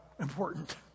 important